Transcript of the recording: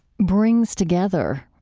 brings together